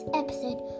episode